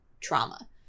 trauma